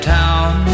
town